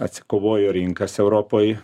atsikovojo rinkas europoj